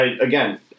again